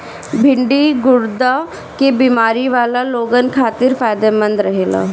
भिन्डी गुर्दा के बेमारी वाला लोगन खातिर फायदमंद रहेला